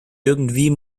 irgendwie